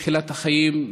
בתחילת החיים,